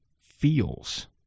feels